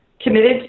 committed